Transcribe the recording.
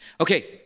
Okay